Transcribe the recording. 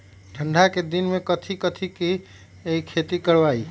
ठंडा के दिन में कथी कथी की खेती करवाई?